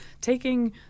taking